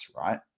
right